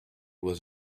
was